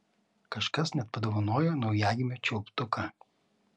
kažkas net padovanojo naujagimio čiulptuką